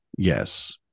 Yes